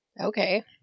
Okay